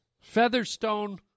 Featherstone